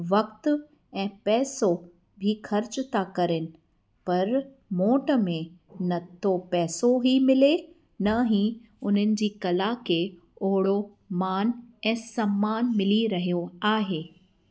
वक़्तु ऐं पैसो बि ख़र्च था करणु पर मोट में न त उहो पैसो ई मिले न ई उन्हनि जी कला खे ओड़ो मान ऐं सम्मान मिली रहियो आहे